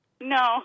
No